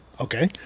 Okay